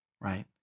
right